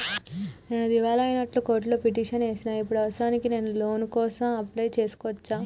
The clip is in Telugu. నేను దివాలా అయినట్లు కోర్టులో పిటిషన్ ఏశిన ఇప్పుడు అవసరానికి నేను లోన్ కోసం అప్లయ్ చేస్కోవచ్చా?